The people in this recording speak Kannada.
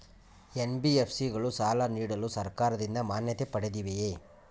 ಎನ್.ಬಿ.ಎಫ್.ಸಿ ಗಳು ಸಾಲ ನೀಡಲು ಸರ್ಕಾರದಿಂದ ಮಾನ್ಯತೆ ಪಡೆದಿವೆಯೇ?